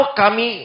kami